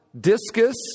discus